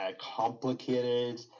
complicated